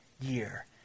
year